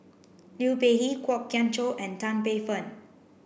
Liu Peihe Kwok Kian Chow and Tan Paey Fern